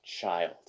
child